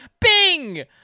Bing